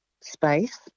space